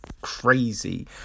crazy